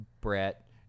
Brett